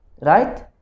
Right